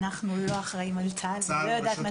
אנחנו לא אחראים על צה"ל ואני לא יודעת מה צה"ל עושה.